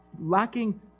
lacking